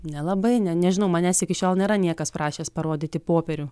nelabai ne nežinau manęs iki šiol nėra niekas prašęs parodyti popierių